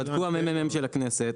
בדקו ה-מ.מ.מ של הכנסת,